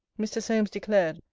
mr. solmes declared,